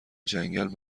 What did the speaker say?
جنگل